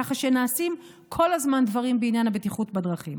ככה שנעשים כל הזמן דברים בעניין הבטיחות בדרכים.